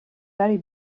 very